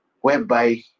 whereby